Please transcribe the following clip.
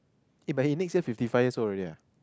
eh but he next year fifty years old already ah